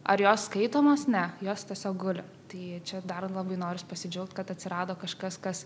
ar jos skaitomos ne jos tiesiog guli tai čia dar labai norisi pasidžiaugti kad atsirado kažkas kas